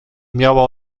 miała